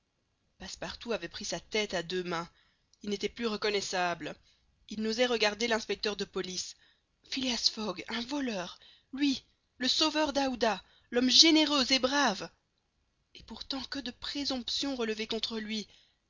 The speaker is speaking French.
passepartout avait pris sa tête à deux mains il n'était plus reconnaissable il n'osait regarder l'inspecteur de police phileas fogg un voleur lui le sauveur d'aouda l'homme généreux et brave et pourtant que de présomptions relevées contre lui